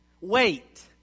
wait